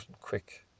quick